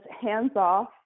hands-off